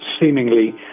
seemingly